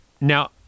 Now